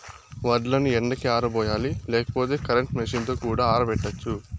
వడ్లను ఎండకి ఆరబోయాలి లేకపోతే కరెంట్ మెషీన్ తో కూడా ఆరబెట్టచ్చు